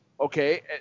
okay